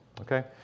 Okay